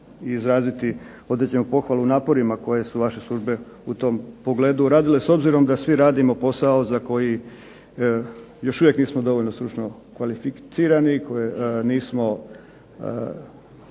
i izraziti određenu pohvalu naporima koje su vaše službe u tom pogledu radile. S obzirom da svi radimo posao za koji još uvijek nismo dovoljno stručno kvalificirani i nismo